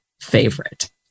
favorite